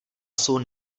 jsou